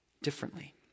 Differently